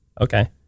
Okay